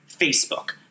Facebook